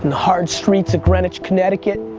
hard streets of greenwich, connecticut.